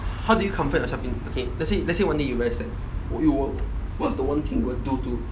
how do you comfort yourself in okay let's say let's say one day you realised that you what's the one thing we'll do to